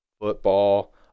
football